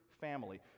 family